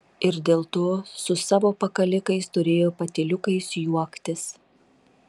ir dėl to su savo pakalikais turėjo patyliukais juoktis